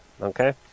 Okay